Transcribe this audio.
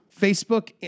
Facebook